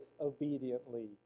obediently